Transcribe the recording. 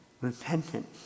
repentance